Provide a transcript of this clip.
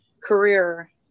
career